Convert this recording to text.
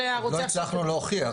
עוד לא הצלחנו להוכיח.